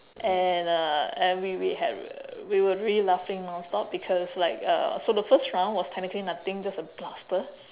and uh and we we had we were really laughing non stop because like uh so the first round was technically nothing just a plaster